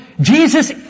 Jesus